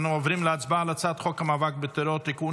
אנו עוברים להצבעה על הצעת חוק המאבק בטרור (תיקון,